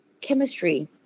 chemistry